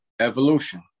evolution